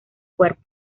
cuerpo